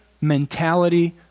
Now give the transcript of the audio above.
mentality